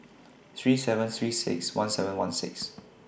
three seven three six one seven one six